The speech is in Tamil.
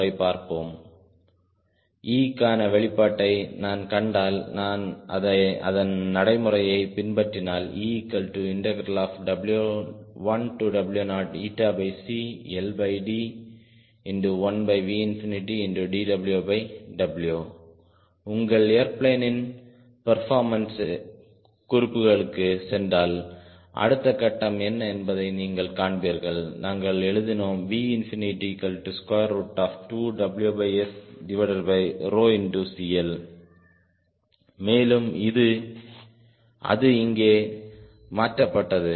E க்கான வெளிப்பாட்டை நான் கண்டால் நான் அதன் நடைமுறையைப் பின்பற்றினால் EW1W0 உங்கள் ஏர்பிளேனின் பெர்போர்மன்ஸ் குறிப்புகளுக்குச் சென்றால் அடுத்த கட்டம் என்ன என்பதை நீங்கள் காண்பீர்கள் நாங்கள் எழுதினோம் V2WSCL மேலும் அது இங்கே மாற்றப்பட்டது